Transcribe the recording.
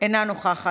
אינה נוכחת.